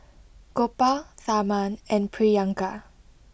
Gopal Tharman and Priyanka